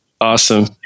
Awesome